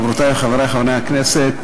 חברותי וחברי חברי הכנסת,